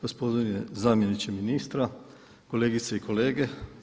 Gospodine zamjeniče ministra, kolegice i kolege.